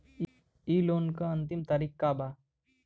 इ लोन के अन्तिम तारीख का बा?